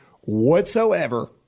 whatsoever